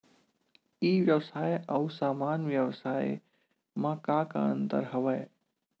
ई व्यवसाय आऊ सामान्य व्यवसाय म का का अंतर हवय?